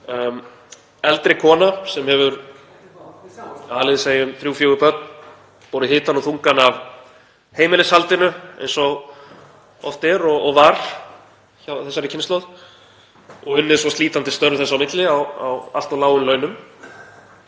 eldri konu sem hefur alið, segjum þrjú, fjögur börn, borið hitann og þungann af heimilishaldinu eins og oft er og var hjá þessari kynslóð og unnið svo slítandi störf þess á milli á allt of lágum launum.